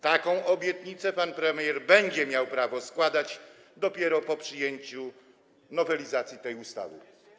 Taką obietnicę pan premier będzie miał prawo składać dopiero po przyjęciu nowelizacji tej ustawy.